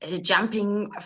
jumping